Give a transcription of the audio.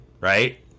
right